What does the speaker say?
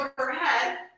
overhead